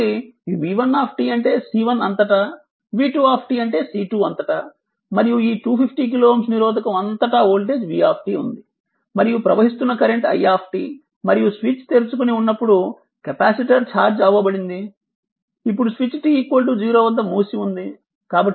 కాబట్టి v1 అంటే C1 అంతటా v2 అంటే C2 అంతటా మరియు ఈ 250 KΩ నిరోధకం అంతటా వోల్టేజ్ v ఉంది మరియు ప్రవహిస్తున్న కరెంట్ i మరియు స్విచ్ తెరుచుకుని ఉన్నప్పుడు కెపాసిటర్ ఛార్జ్ అవ్వబడింది ఇప్పుడు స్విచ్ t0 వద్ద మూసి ఉంది